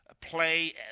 play